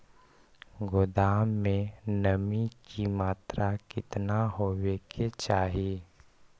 गोदाम मे नमी की मात्रा कितना होबे के चाही?